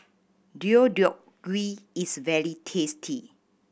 Deodeok Gui is very tasty